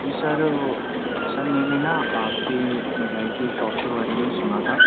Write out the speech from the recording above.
جی sir وہ sir میں نے نا آپ کے مٹھائی کی شاپ کے بارے میں سنا تھا